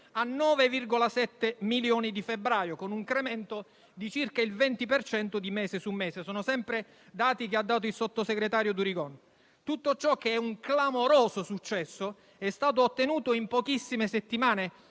a 9,7 milioni a febbraio, con un incremento di circa il 20 per cento di mese su mese: sono sempre dati forniti dal sottosegretario Durigon. Tutto ciò, che è un clamoroso successo, è stato ottenuto in pochissime settimane,